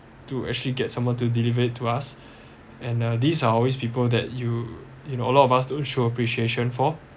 to actually get someone to delivered to us and uh these are always people that you know all of us don't show appreciation for